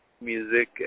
music